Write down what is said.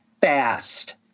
fast